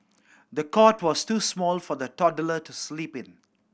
the cot was too small for the toddler to sleep in